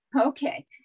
Okay